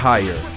Higher